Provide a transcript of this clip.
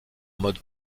mode